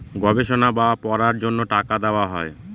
গবেষণা বা পড়ার জন্য টাকা দেওয়া হয়